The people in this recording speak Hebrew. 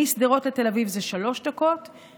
משדרות לתל אביב זה שלוש דקות,